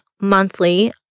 monthly